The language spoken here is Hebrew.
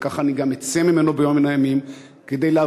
וכך אני גם אצא ממנו ביום מן הימים,